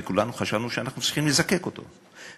וכולנו חשבנו שאנחנו צריכים לזקק אותו,